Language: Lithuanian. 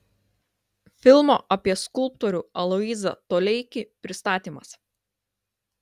filmo apie skulptorių aloyzą toleikį pristatymas